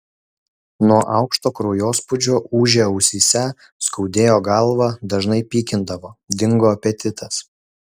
nuo aukšto kraujospūdžio ūžė ausyse skaudėjo galvą dažnai pykindavo dingo apetitas